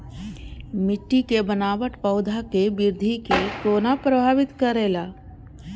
मिट्टी के बनावट पौधा के वृद्धि के कोना प्रभावित करेला?